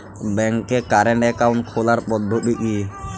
ব্যাংকে current account খোলার পদ্ধতি কি?